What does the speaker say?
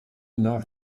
nach